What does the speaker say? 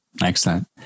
Excellent